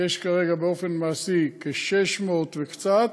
יש כרגע באופן מעשי 600 וקצת,